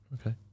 okay